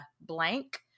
blank